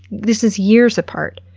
this was years apart,